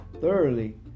thoroughly